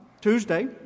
Tuesday